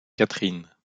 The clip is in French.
catherine